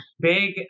big